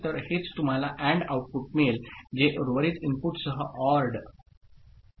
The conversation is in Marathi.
तर हेच तुम्हाला AND आऊटपुट मिळेल जे उर्वरित इनपुटसह ORड ओआरड दिले आहे